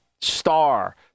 Star